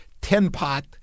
tin-pot